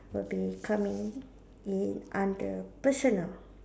would be coming in under personal